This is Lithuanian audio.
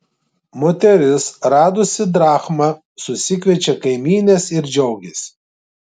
moteris radusi drachmą susikviečia kaimynes ir džiaugiasi